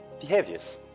behaviors